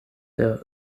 der